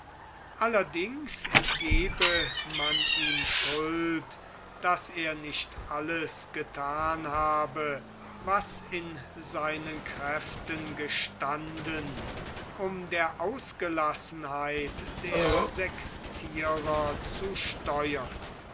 allerdings gebe man ihm schuld daß er nicht alles gethan habe was in seinen kräften gestanden um der ausgelassenheit der sektierer zu steuern